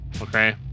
Okay